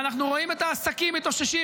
ואנחנו רואים את העסקים מתאוששים.